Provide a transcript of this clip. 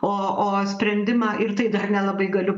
o o sprendimą ir tai dar nelabai galiu